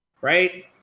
right